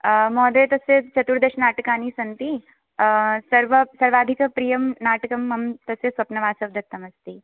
महोदय तस्य चतुर्दशनाटकानि सन्ति सर्व सर्वाधिकप्रियं नाटकं मम तस्य स्वप्नवासवदत्तमस्ति